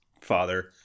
father